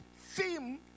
theme